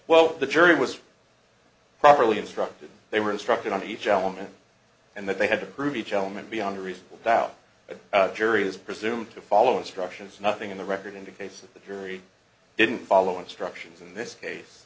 well the jury was properly instructed they were instructed on each element and that they had to prove each element beyond a reasonable doubt a jury is presumed to follow instructions nothing in the record indicates that the jury didn't follow instructions in this case